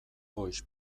voice